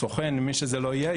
סוכן או מי שזה לא יהיה,